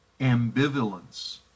ambivalence